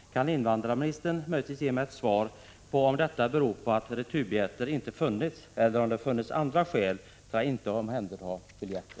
Kan invandrarministern möjligtvis ge mig ett svar på frågan om detta beror på att returbiljetter inte funnits eller om det förelegat andra skäl till att man inte omhändertagit flyktingars returbiljetter?